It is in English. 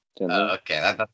Okay